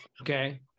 okay